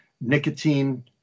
nicotine